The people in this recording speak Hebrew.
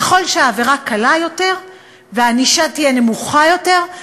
ככל שהעבירה קלה יותר והענישה תהיה נמוכה יותר,